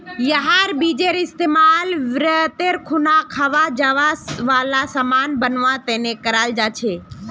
यहार बीजेर इस्तेमाल व्रतेर खुना खवा जावा वाला सामान बनवा तने कराल जा छे